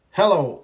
hello